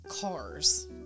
cars